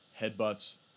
Headbutts